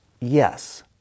Yes